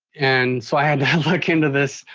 and so i had to look into this.